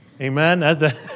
Amen